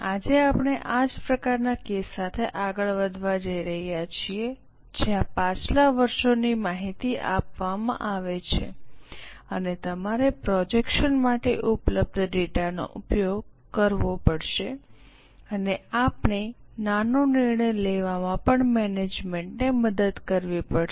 આજે આપણે આ જ પ્રકારનાં કેસ સાથે આગળ વધવા જઈ રહ્યા છીએ જ્યાં પાછલા વર્ષોની માહિતી આપવામાં આવે છે અને તમારે પ્રોજેક્શન માટે ઉપલબ્ધ ડેટાનો ઉપયોગ કરવો પડશે અને આપણે નાનો નિર્ણય લેવામાં પણ મેનેજમેન્ટને મદદ કરવી પડશે